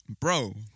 Bro